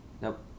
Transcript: Nope